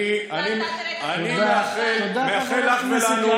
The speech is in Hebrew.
אני מאחל לך ולנו,